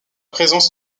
présence